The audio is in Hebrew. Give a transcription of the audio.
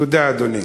תודה, אדוני.